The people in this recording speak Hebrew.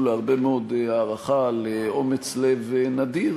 להרבה מאוד הערכה על אומץ לב נדיר,